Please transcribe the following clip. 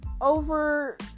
over